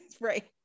Right